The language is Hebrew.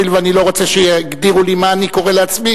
הואיל ואני לא רוצה שיגדירו לי מה אני קורא לעצמי,